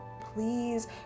please